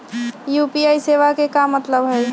UPI सेवा के का मतलब है?